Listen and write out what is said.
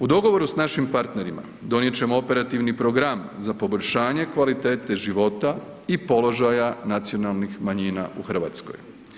U dogovoru s našim partnerima donijet ćemo operativni program za poboljšanje kvalitete života i položaja nacionalnih manjina u Hrvatskoj.